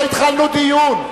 חבר הכנסת, לא התחלנו דיון.